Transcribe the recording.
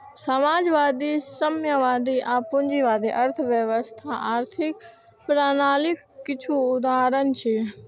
समाजवादी, साम्यवादी आ पूंजीवादी अर्थव्यवस्था आर्थिक प्रणालीक किछु उदाहरण छियै